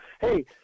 hey